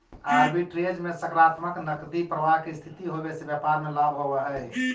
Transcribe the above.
arbitrage में सकारात्मक नकदी प्रवाह के स्थिति होवे से व्यापार में लाभ होवऽ हई